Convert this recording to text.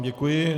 Děkuji.